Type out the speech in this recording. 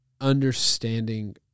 understanding